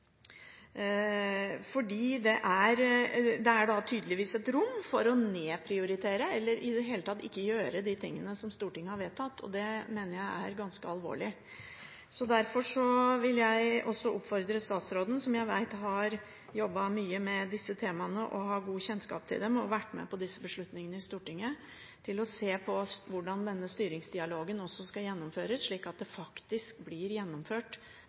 Det er da tydeligvis et rom for å nedprioritere eller i det hele tatt ikke gjøre de tingene som Stortinget har vedtatt, og det mener jeg er ganske alvorlig. Derfor vil jeg også oppfordre statsråden, som jeg vet har jobbet mye med disse temaene og har god kjennskap til dem, og har vært med på disse beslutningene i Stortinget, til å se på hvordan denne styringsdialogen skal gjennomføres, slik at det som Stortinget vedtar – til og med enstemmig – faktisk blir gjennomført.